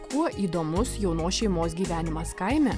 kuo įdomus jaunos šeimos gyvenimas kaime